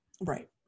Right